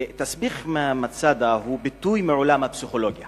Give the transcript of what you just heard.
"תסביך מצדה" הוא ביטוי מעולם הפסיכולוגיה